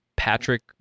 Patrick